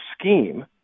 scheme